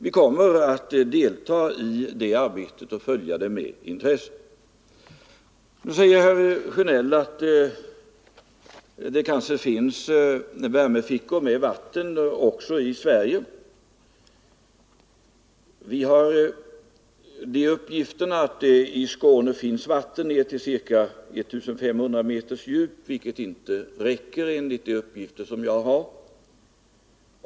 Vi kommer att delta i det arbetet och följa det med intresse. Nu säger herr Sjönell att det kanske finns värmefickor med vatten också i Sverige. Det har uppgivits att det i Skåne finns vatten ned till ca I 500 meters djup, vilket inte räcker, enligt de uppgifter jag har.